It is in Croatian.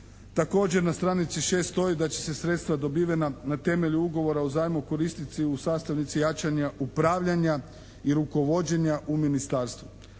Također na stranici 6. stoji da će se sredstva dobivena na temelju ugovora o zajmu koristit si u sastavnici jačanja upravljanja i rukovođenja u Ministarstvu.